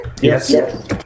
Yes